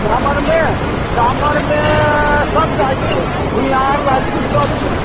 सामरमे सामरमे सभ जाति छै भूमिहार राजपूत सभ छै